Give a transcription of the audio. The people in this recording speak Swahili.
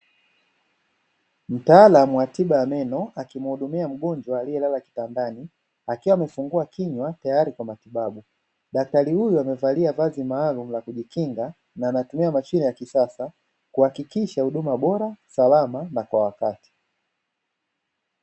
Mtaalamu wa tiba ya meno akimhudumia mteja aliyelala kitandani, akiwa amefungua kinywa tayari kwa matibabu, daktari huyu amevalia vazi maalumu ya kujikinga na anatumia mashine ya kisasa kuhakikisha huduma bora, salama na kwa wakati.